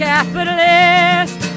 Capitalist